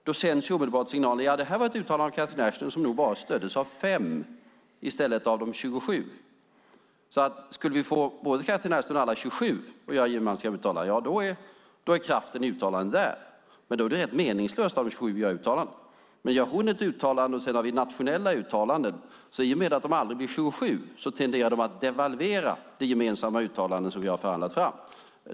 Då sänds omedelbart signalen att det var ett uttalande av Catherine Ashton som stöddes bara av 5 länder i stället för av de 27. Skulle vi få både Catherine Ashton och alla 27 EU-medlemsländer att göra ett gemensamt uttalande, då är kraften i uttalandet där, men då är det rätt meningslöst om de 27 länderna gör egna uttalanden. Men gör hon ett uttalande och vi gör nationella uttalanden som aldrig blir 27 tenderar det att devalvera det gemensamma uttalande som vi har förhandlat fram.